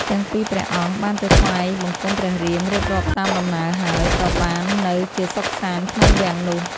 ទាំងពីរព្រះអង្គ បានទៅថ្វាយបង្គំព្រះរៀម រៀបរាប់តាម ដំណើរហើយ ក៏បាននៅជាសុខសាន្តក្នុងវាំងនោះ។